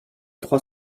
trois